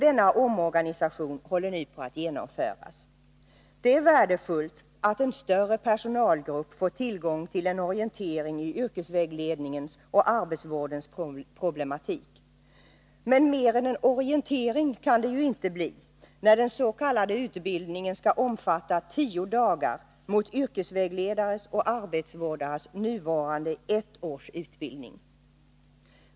Denna omorganisation håller nu på att genomföras. Det är värdefullt att en större personalgrupp får tillgång till en orientering i yrkesvägledningens och arbetsvårdens problematik. Men mer än en orientering kan det ju inte bli, när den s.k. utbildningen skall omfatta tio dagar mot yrkesvägledares och arbetsvårdares nuvarande ettåriga utbildning.